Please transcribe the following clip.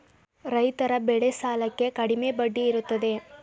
ರೈತರ ಬೆಳೆ ಸಾಲಕ್ಕೆ ಕಡಿಮೆ ಬಡ್ಡಿ ಇರುತ್ತದೆ